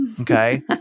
Okay